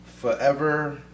forever